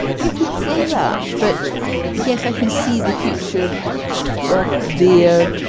you could say that. but yes, i can see the future of the ah